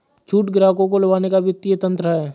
छूट ग्राहकों को लुभाने का वित्तीय तंत्र है